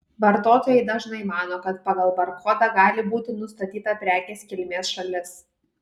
vartotojai dažnai mano kad pagal barkodą gali būti nustatyta prekės kilmės šalis